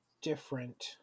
different